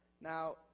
Now